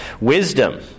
wisdom